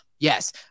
Yes